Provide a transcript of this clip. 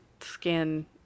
skin